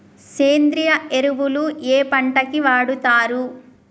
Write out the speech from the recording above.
సేంద్రీయ ఎరువులు ఏ పంట కి వాడుతరు?